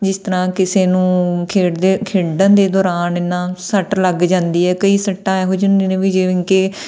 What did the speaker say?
ਜਿਸ ਤਰ੍ਹਾਂ ਕਿਸੇ ਨੂੰ ਖੇਡਦੇ ਖੇਡਣ ਦੇ ਦੌਰਾਨ ਇਹ ਨਾ ਸੱਟ ਲੱਗ ਜਾਂਦੀ ਹੈ ਕਈ ਸੱਟਾਂ ਇਹੋ ਜਿਹੀ ਹੁੰਦੀਆਂ ਨੇ ਵੀ ਜਿਵੇਂ ਕਿ